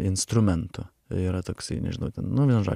instrumentu tai yra toksai nežinau ten nu vienu žo